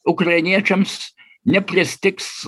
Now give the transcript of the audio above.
ukrainiečiams nepristigs